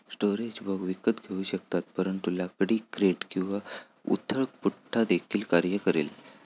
storage box विकत घेऊ शकतात परंतु लाकडी क्रेट किंवा उथळ पुठ्ठा देखील कार्य करेल